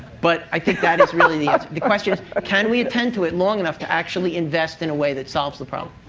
but i think that is really the answer. the question is ah can we attend to it long enough to actually invest in a way that solves the problem.